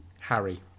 Harry